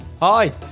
Hi